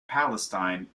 palestine